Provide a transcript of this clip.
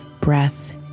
breath